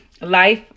life